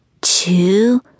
two